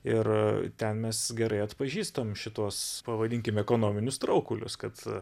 ir ten mes gerai atpažįstam šituos pavadinkim ekonominius traukulius kad